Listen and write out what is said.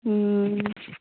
ও